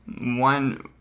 one